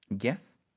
Yes